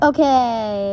Okay